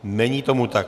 Není tomu tak.